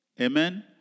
Amen